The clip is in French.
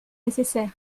nécessaire